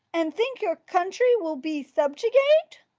and think your country will be subjugate.